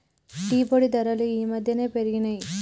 tea పొడి ధరలు ఈ మధ్యన పెరిగినయ్